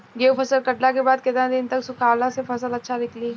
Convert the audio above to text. गेंहू फसल कटला के बाद केतना दिन तक सुखावला से फसल अच्छा निकली?